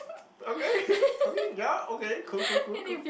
okay okay ya okay cool cool cool cool